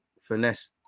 finesse